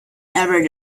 every